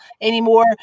anymore